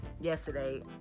Yesterday